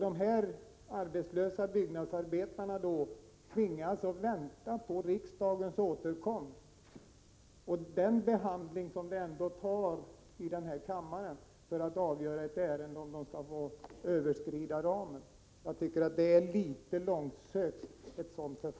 Dessa arbetslösa byggnadsarbetare tvingas då att vänta på riksdagsmännens återkomst. Tänk vilken tid det ändå tar i denna kammare att behandla ett ärende och avgöra om man får överskrida ramen. Jag tycker att ett sådant förfarande är litet långsökt.